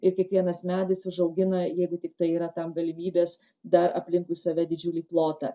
ir kiekvienas medis užaugina jeigu tiktai yra tam galimybės dar aplinkui save didžiulį plotą